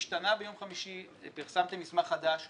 השתנה ביום חמישי, פרסמתם מסמך חדש.